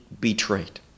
betrayed